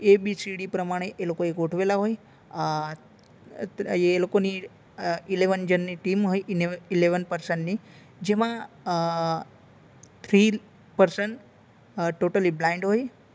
ABCD પ્રમાણે એ લોકોએ ગોઠવેલા હોય એ લોકોની ઇલેવન જણની ટીમ હોય ઇલેવન પર્સનની જેમાં થ્રી પર્સન ટોટલી બ્લાઇન્ડ હોય